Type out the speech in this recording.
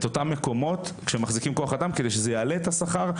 אותם מקומות שמחזיקים כוח אדם כדי שזה יעלה את השכר,